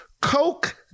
Coke